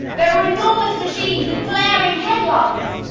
there were enormous machines with glaring headlights!